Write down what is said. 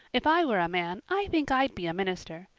if i were a man i think i'd be a minister.